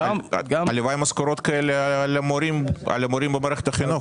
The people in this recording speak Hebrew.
הלוואי משכורות כאלה למורים במערכת החינוך.